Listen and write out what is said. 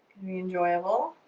very enjoyable.